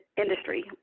industry